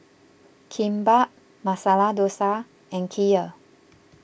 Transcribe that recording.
Kimbap Masala Dosa and Kheer